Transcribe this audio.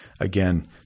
again